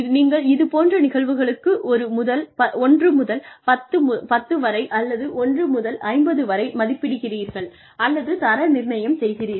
நீங்கள் இதுபோன்ற நிகழ்வுகளுக்கு 1 முதல் 10 வரை அல்லது 1 முதல் 50 வரை மதிப்பிடுகிறீர்கள் அல்லது தர நிர்ணயம் செய்கிறீர்கள்